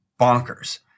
bonkers